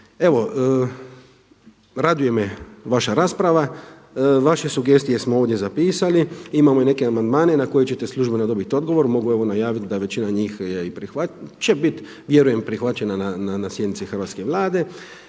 cilj. Raduje me vaša rasprava, veše sugestije smo ovdje zapisali imamo i neke amandmane na koje će službeno dobiti odgovor, mogu vam najaviti da većina njih će biti vjerujem prihvaćena na sjednici hrvatske Vlade.